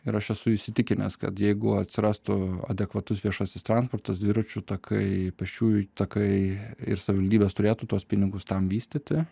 ir aš esu įsitikinęs kad jeigu atsirastų adekvatus viešasis transportas dviračių takai pėsčiųjų takai ir savivaldybės turėtų tuos pinigus tam vystyti